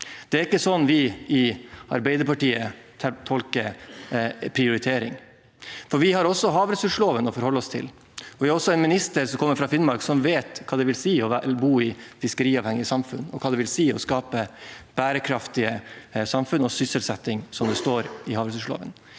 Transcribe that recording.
Det er ikke sånn vi i Arbeiderpartiet tolker prioriteringene. Vi har også havressursloven å forholde oss til, og vi har en statsråd som kommer fra Finnmark. Hun vet hva det vil si å bo i et fiskeriavhengig samfunn, og hva det vil si å skape bærekraftige samfunn og sysselsetting, slik det står i havressursloven.